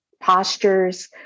postures